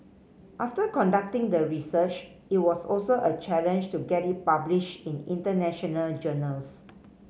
after conducting the research it was also a challenge to get it published in international journals